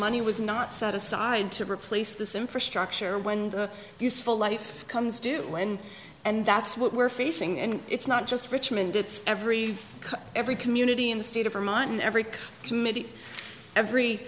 money was not set aside to replace this infrastructure when the useful life comes due when and that's what we're facing and it's not just richmond it's every every community in the state of vermont and every